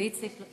ואיציק שמולי.